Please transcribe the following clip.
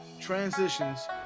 transitions